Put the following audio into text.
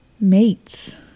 mates